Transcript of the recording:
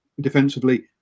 defensively